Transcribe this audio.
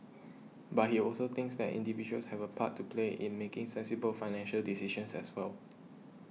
but he also thinks that individuals have a part to play in making sensible financial decisions as well